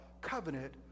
covenant